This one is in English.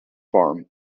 farm